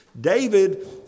David